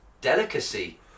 delicacy